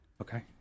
Okay